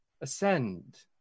ascend